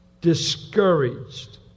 discouraged